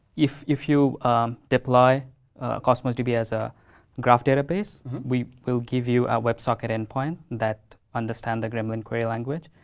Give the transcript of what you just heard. if if you deploy cosmos db as a graph database, we will give you a web socket endpoint that understand the gremlin query language.